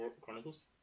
Chronicles